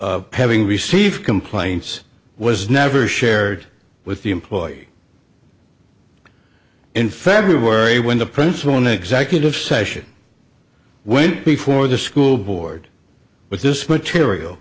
having received complaints was never shared with the employee in february when the principal in executive session went before the school board with this material